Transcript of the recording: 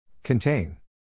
Contain